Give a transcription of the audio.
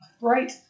right